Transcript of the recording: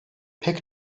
pek